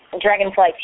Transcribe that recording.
Dragonfly